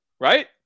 right